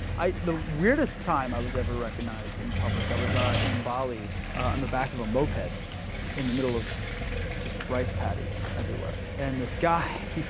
the weirdest time i was ever recognized in public, i was ah in bali on the back of a moped in the middle of just rice patties everywhere. and this guy